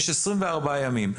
יש 24 ימים.